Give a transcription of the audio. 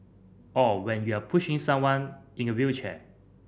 or when you're pushing someone in a wheelchair